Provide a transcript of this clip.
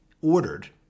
ordered